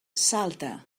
salta